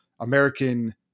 American